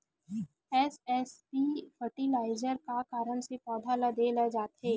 SSP fertiliser का कारण से पौधा ल दे जाथे?